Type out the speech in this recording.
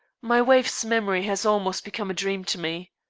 my wife's memory has almost become a dream to me.